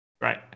right